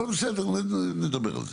אבל, בסדר, נדבר על זה.